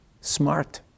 smart